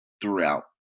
throughout